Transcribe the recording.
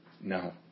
No